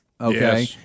Okay